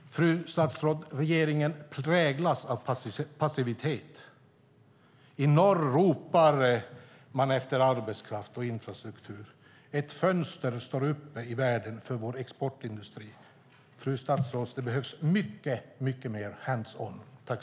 Fru statsråd! Regeringen präglas av passivitet. I norr ropar man efter arbetskraft och infrastruktur. Ett fönster står öppet i världen för vår exportindustri. Det behövs mycket mer hands on-politik!